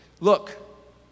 Look